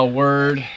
word